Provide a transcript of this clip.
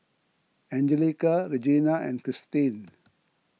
Anjelica Regena and Christene